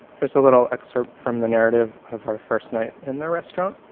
here's a little excerpt from the narrative of our first night in the restaurant.